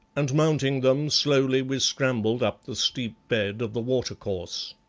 and mounting them, slowly we scrambled up the steep bed of the water-course.